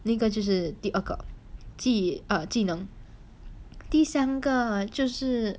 那个就是第二个继 err 技能第三个就是